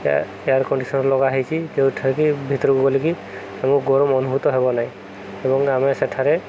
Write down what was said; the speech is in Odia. ଏ ଏୟାର କଣ୍ଡିସନର ଲଗା ହେଇଛି ଯେଉଁଠାରେକି ଭିତରକୁ ଗଲେ କି ଆମକୁ ଗରମ ଅନୁଭୂତ ହେବ ନାହିଁ ଏବଂ ଆମେ ସେଠାରେ